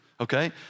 Okay